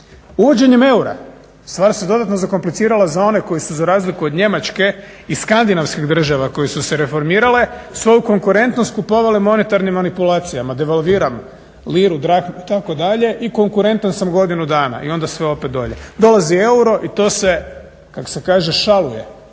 Uvođenjem eura, stvar se dodatno zakomplicirala za one koji su za razliku od Njemačke i skandinavskih država koje su se reformirale svoju konkurentnost kupovale monetarnim manipulacijama, devalviram liru, …/Govornik se ne razumije./… i konkurentan sam godinu dana i onda sve opet dolje. Dolazi euro i to se kako se kaže šaluje